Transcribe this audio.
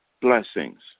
blessings